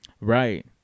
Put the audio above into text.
Right